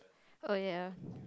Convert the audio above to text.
oh ya